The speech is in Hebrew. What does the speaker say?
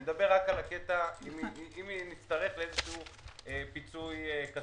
אני מדבר רק אם נצטרך לפיצוי כספי.